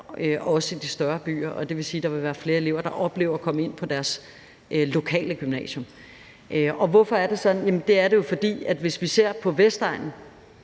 også i de større byer. Det vil sige, at der vil være flere elever, der oplever at komme ind på deres lokale gymnasium. Hvorfor er det sådan? Det er det jo, for hvis vi ser på Vestegnens